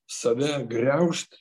save griaužt